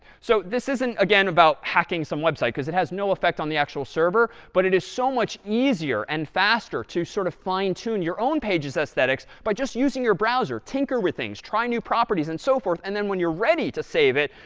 so this isn't, again, about hacking some website, because it has no effect on the actual server, but it is so much easier and faster to sort of fine-tune your own page's aesthetics by just using your browser, tinker with things, try new properties, and so forth, and then when you're ready to save it,